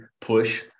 push